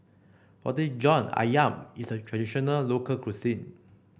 Roti John ayam is a traditional local cuisine